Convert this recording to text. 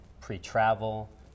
pre-travel